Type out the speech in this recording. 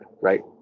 right